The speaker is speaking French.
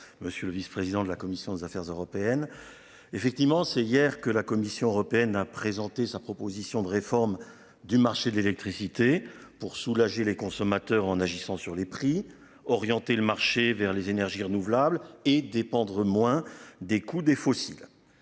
monsieur le vice-président de la commission des affaires européennes. Effectivement c'est hier que la Commission européenne a présenté sa proposition de réforme du marché de l'électricité pour soulager les consommateurs en agissant sur les prix orienter le marché vers les énergies renouvelables et dépendre moins des coûts des fossiles.